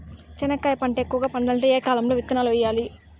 చెనక్కాయ పంట ఎక్కువగా పండాలంటే ఏ కాలము లో విత్తనాలు వేయాలి?